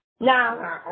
Now